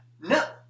No